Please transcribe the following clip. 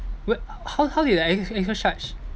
wait how how did I ex~ extra charge